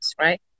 right